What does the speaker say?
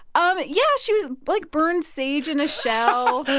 um yeah. she was like, burn sage in a shell.